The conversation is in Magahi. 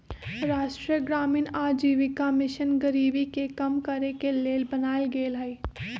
राष्ट्रीय ग्रामीण आजीविका मिशन गरीबी के कम करेके के लेल बनाएल गेल हइ